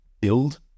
build